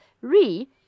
Re